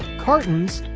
cartons,